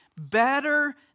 better